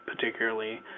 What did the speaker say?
particularly